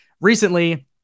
recently